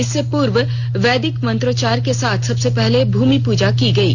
इससे पूर्व वैदिक मंत्रोचार के साथ सबसे पहले भूमि पूजा की गयी